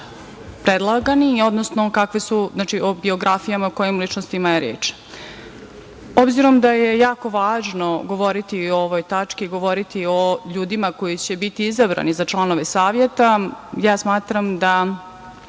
predlagani, odnosno o biografijama o kojim ličnostima je reč. Obzirom da je jako važno govoriti o ovoj tački, govoriti o ljudima koji će biti izabrani za članove Saveta, smatram da